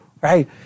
right